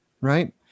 right